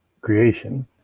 creation